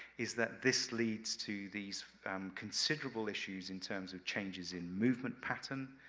is that this leads to these considerable issues in terms of changes in movement pattern,